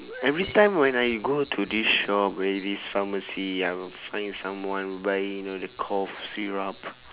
every time when I go to this shop at this pharmacy I will find someone buy you know the cough syrup